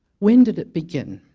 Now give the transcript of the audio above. when did it begin?